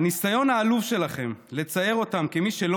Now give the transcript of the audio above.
הניסיון העלוב שלכם לצייר אותם כמי שלא